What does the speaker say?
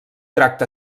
tracte